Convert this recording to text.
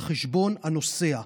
על חשבון הנוסע.